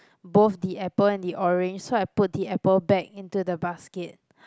both the apple and the orange so I put the apple back into the basket